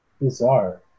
bizarre